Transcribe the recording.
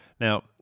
Now